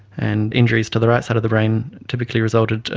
and injuries to the right side of the brain typically resulted,